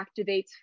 activates